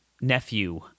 nephew